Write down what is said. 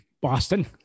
Boston